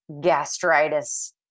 gastritis